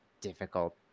difficult